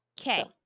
Okay